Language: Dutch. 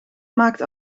maakt